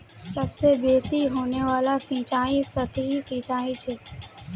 सबसे बेसि होने वाला सिंचाई सतही सिंचाई छ